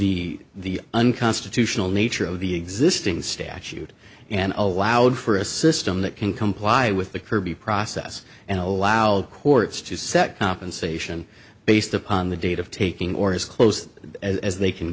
the the unconstitutional nature of the existing statute and allowed for a system that can comply with the kirby process and allow the courts to set compensation based upon the date of taking orders close as they can